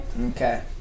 Okay